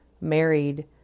married